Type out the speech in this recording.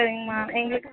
சரிங்கம்மா எங்களுக்கு